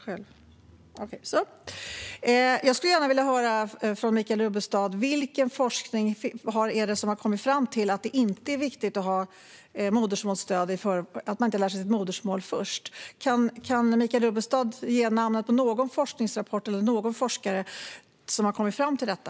Jag vill gärna höra av Michael Rubbestad vilken forskning som har kommit fram till att det inte är viktigt att ha modersmålsstöd och att inte lära sig sitt modersmål först. Kan Michael Rubbestad ge namnet på någon forskningsrapport eller någon forskare som har kommit fram till detta?